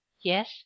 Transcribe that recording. Yes